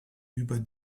über